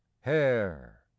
hair